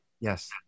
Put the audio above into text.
yes